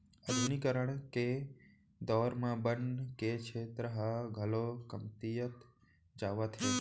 आधुनिकीकरन के दौर म बन के छेत्र ह घलौ कमतियात जावत हे